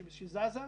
שזזה.